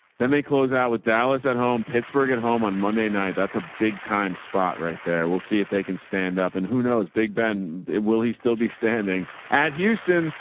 then they close out with dallas, at home pittsburgh at home on monday night. that's a big time spot right there. we'll see if they can stand up. and who knows big ben, will he still be standing at houston?